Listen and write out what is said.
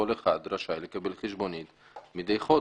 רשאי לקבל חשבונית מידי חודש.